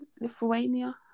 Lithuania